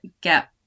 get